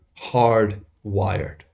hardwired